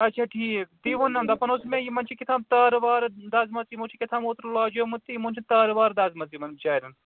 اچھا ٹھیٖک تی وونَم دَپان اوس مےٚ یِمَن چھِ کہتام تارٕ وارٕ دَزمَژ یِمَو چھِ کہتام اوتٕرٕ لاجیمُت تہٕ یِمَن چھِ تارٕ وارٕ دَزمَژ یِمَن بِچاریٚن